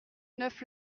neuf